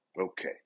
Okay